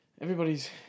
everybody's